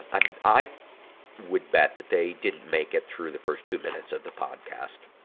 i, i would bet that they didn't make it through the first two minutes of the podcast,